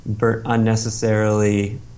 unnecessarily